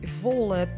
volle